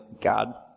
God